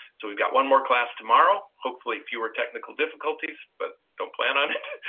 so we've got one more class tomorrow, hopefully fewer technical difficulties but don't plan on it.